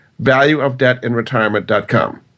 valueofdebtinretirement.com